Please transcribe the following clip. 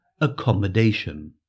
accommodation